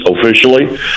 officially